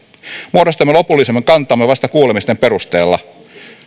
muodostamme lopullisen kantamme vasta kuulemisten perusteella